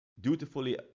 dutifully